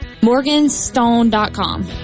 Morganstone.com